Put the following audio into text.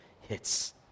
hits